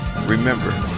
Remember